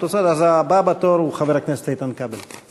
הבא בתור הוא חבר הכנסת איתן כבל.